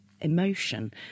emotion